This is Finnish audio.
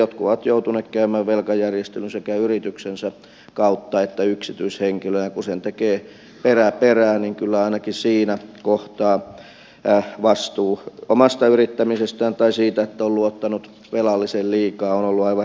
jotkut ovat joutuneet käymään velkajärjestelyn sekä yrityksensä kautta että yksityishenkilöinä ja kun sen tekee perä perää niin kyllä ainakin siinä kohtaa vastuu omasta yrittämisestä tai siitä että on luottanut velalliseen liikaa haluavat